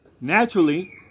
naturally